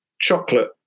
chocolate